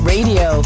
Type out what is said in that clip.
Radio